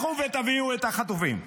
לכו ותביאו את החטופים,